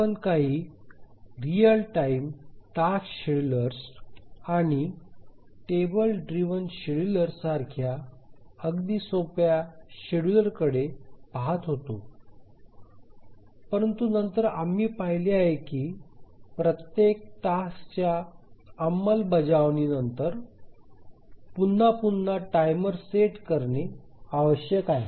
आपण काही real time task schedulers आणि टेबल ड्रिव्हन शेड्युलर सारख्या अगदी सोप्या शेड्युलरकडे पहात होतो परंतु नंतर आम्ही पाहिले की प्रत्येक टास्कच्या अंमलबजावणीनंतर पुन्हा पुन्हा टायमर सेट करणे आवश्यक आहे